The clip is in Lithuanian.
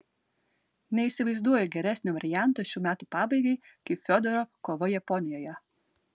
neįsivaizduoju geresnio varianto šių metų pabaigai kaip fiodoro kova japonijoje